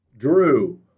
Drew